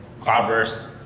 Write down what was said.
Cloudburst